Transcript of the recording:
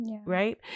right